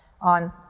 on